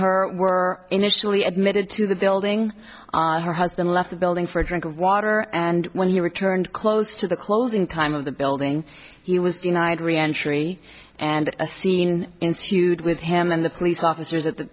her were initially admitted to the building on her husband left the building for a drink of water and when he returned close to the closing time of the building he was denied re entry and a scene ensued with him and the police officers at the